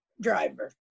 driver